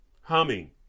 humming